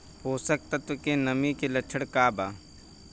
पोषक तत्व के कमी के लक्षण का वा?